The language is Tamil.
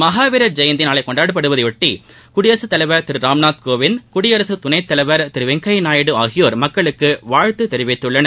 மகாவீர் ஜெயந்தி நாளை கொண்டாடப்படுவதையொட்டி குடியரசுத் தலைவர் திரு ராம்நாத் கோவிந்த் குடியரசுத் துனை தலைவர் திரு வெங்கய்யா நாயுடு ஆகியோர் மக்களுக்கு வாழ்த்து தெரிவித்துள்ளனர்